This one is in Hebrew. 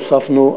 הוספנו,